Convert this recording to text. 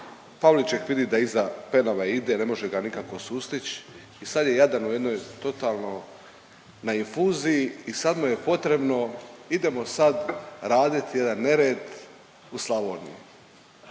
Pavliček vidi da iza Penave ide, ne može ga nikako sustić i sad je jadan u jednoj totalno na infuziji i sad mu je potrebno idemo sad radit jedan nered u Slavoniji.